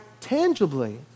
tangibly